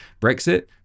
Brexit